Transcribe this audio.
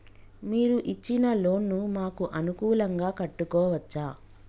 మీరు ఇచ్చిన లోన్ ను మాకు అనుకూలంగా కట్టుకోవచ్చా?